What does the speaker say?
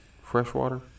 Freshwater